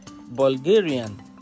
Bulgarian